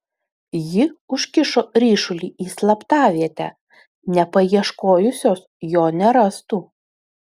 ji užkišo ryšulį į slaptavietę nepaieškojusios jo nerastų